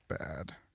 bad